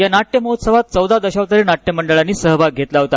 या नाट्य महोत्सवात चौदा दशावतारी नाट्य मंडळांनी सहभाग घेतला होता